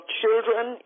children